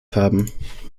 haben